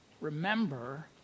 Remember